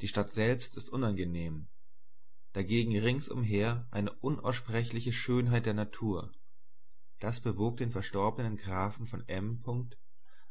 die stadt selbst ist unangenehm dagegen rings umher eine unaussprechliche schönheit der natur das bewog den verstorbenen grafen von m